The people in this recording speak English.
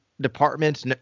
departments